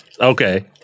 Okay